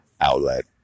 outlet